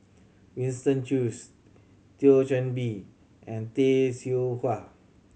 Winston Choos Thio Chan Bee and Tay Seow Huah